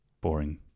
Boring